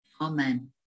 Amen